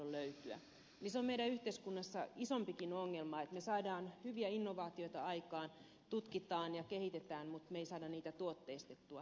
se on meidän yhteiskunnassamme isompikin ongelma että me saamme hyviä innovaatioita aikaan tutkimme ja kehitämme mutta me emme saa innovaatioita tuotteistettua